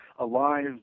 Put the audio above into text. Alive